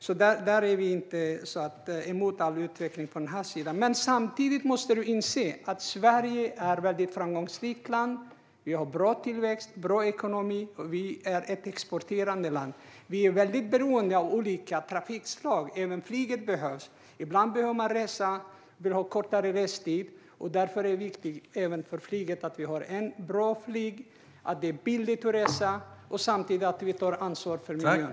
Vi är inte emot all utveckling på den här sidan. Men samtidigt måste du inse att Sverige är ett framgångsrikt land med bra tillväxt och bra ekonomi. Sverige är ett exporterande land. Vi är beroende av olika trafikslag, och även flyget behövs. Ibland behöver vi resa med kortare restid. Därför är det viktigt att flyget är bra, att det är billigt att resa och att vi samtidigt tar ansvar för miljön.